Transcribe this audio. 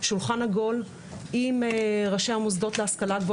שולחן עגול עם ראשי המוסדות להשכלה הגבוהה,